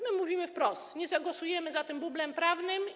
My mówimy wprost: nie zagłosujemy za tym bublem prawnym.